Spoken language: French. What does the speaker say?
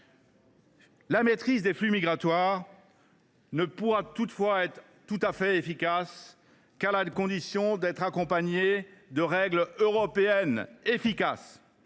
La maîtrise des flux migratoires ne pourra toutefois être complète qu’à la condition d’être accompagnée de règles européennes efficaces.